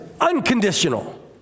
unconditional